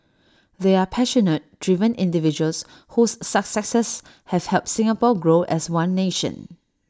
they are passionate driven individuals whose successes have helped Singapore grow as one nation